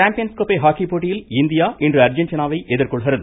champions கோப்பை hockey போட்டியில் India இன்று அர்ஜென்டினாவை எதிர்கொள்கிறது